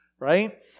Right